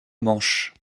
manches